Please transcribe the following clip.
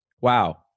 Wow